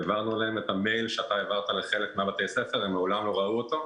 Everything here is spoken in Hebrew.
העברנו להם את המייל שאתה העברת לחלק מבתי-הספר והם מעולם לא ראו אותו.